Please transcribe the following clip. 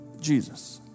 Jesus